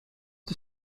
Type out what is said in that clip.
die